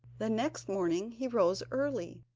the next morning he rose early,